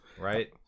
right